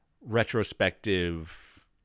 retrospective